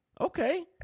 Okay